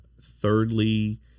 Thirdly